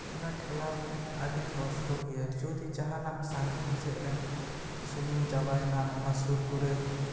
ᱚᱱᱟ ᱴᱷᱮᱞᱟᱣ ᱟᱹᱰᱤ ᱠᱚᱥᱴᱚ ᱜᱮᱭᱟ ᱡᱩᱫᱤ ᱡᱟᱦᱟᱱᱟᱜ ᱥᱟᱜᱤᱧ ᱥᱮᱜ ᱨᱮᱱ ᱥᱩᱱᱩᱢ ᱪᱟᱵᱟᱭᱱᱟ ᱚᱱᱟ ᱥᱩᱨ ᱠᱚᱨᱮ